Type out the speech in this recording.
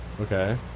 Okay